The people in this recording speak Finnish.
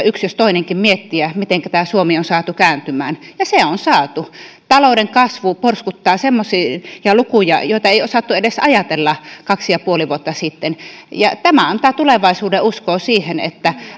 yksi jos toinenkin miettiä mitenkä tämä suomi on saatu kääntymään ja se on saatu talouden kasvu porskuttaa semmoisia lukuja joita ei osattu edes ajatella kaksi ja puoli vuotta sitten tämä antaa tulevaisuudenuskoa siihen että